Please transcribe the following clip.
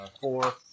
four